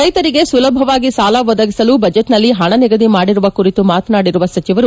ರೈತರಿಗೆ ಸುಲಭವಾಗಿ ಸಾಲ ಒದಗಿಸಲು ಬಜೆಟ್ನಲ್ಲಿ ಹಣ ನಿಗದಿ ಮಾಡಿರುವ ಕುರಿತು ಮಾತನಾಡಿರುವ ಸಚಿವರು